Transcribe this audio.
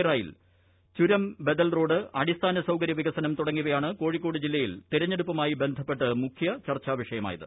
rail ചുരം ബദൽ road അടിസ്ഥാന സൌകര്യ വികസനം തുടങ്ങിയവയാണ് കോഴിക്കോട് ജില്ലയിൽ തിരഞ്ഞെടുപ്പുമായി ബന്ധപ്പെട്ട് മുഖ്യ ചർച്ചാ വിഷയമായത്